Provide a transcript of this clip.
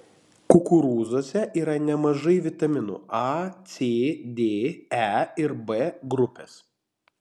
kukurūzuose yra nemažai vitaminų a c d e ir b grupės